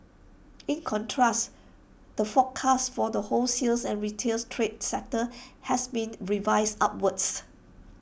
in contrast the forecast for the wholesales and retails trade sector has been revised upwards